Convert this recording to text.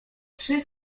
trzy